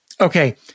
Okay